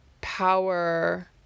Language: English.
power